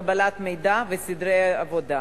קבלת מידע וסדרי עבודה.